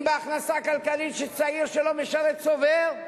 אם בהכנסה כלכלית שצעיר שלא משרת צובר,